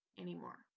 anymore